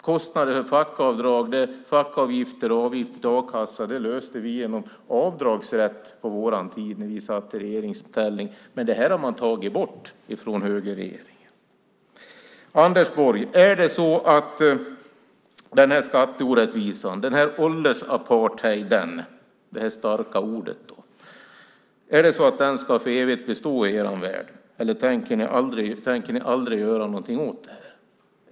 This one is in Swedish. Kostnader för fackavgifter och avgifter till a-kassa löste vi genom avdragsrätt på vår tid när vi satt i regeringsställning. Men det har högerregeringen tagit bort. Anders Borg! Är det så att denna skatteorättvisa, denna åldersapartheid - detta starka ord - ska bestå för evigt i er värld? Tänker ni aldrig göra någonting åt detta?